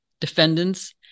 defendants